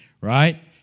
right